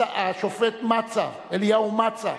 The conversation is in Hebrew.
השופט אליהו מצא,